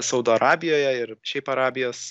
saudo arabijoje ir šiaip arabijos